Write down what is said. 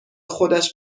خودش